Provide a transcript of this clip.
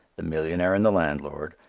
the millionaire and the landlord,